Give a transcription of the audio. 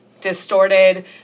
distorted